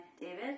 David